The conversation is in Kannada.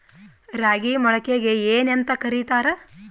ರಾಗಿ ಮೊಳಕೆಗೆ ಏನ್ಯಾಂತ ಕರಿತಾರ?